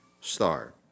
star